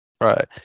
right